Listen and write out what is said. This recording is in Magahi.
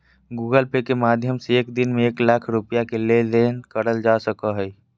गूगल पे के माध्यम से एक दिन में एक लाख रुपया के लेन देन करल जा सको हय